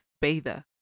bather